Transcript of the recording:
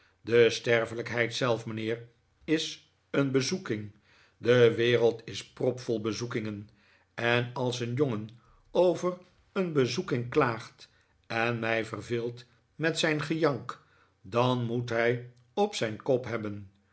de sterfelijkheid zelf mijnheer is een bezoeking de wereld is propvol bezoekingen en als een jongen over een bezoeking klaagt en mij verveelt met zijn gejank dan moet hij op zijn kop hebben